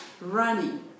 running